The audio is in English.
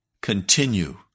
continue